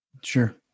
Sure